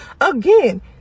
Again